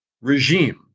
regime